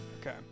Okay